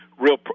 real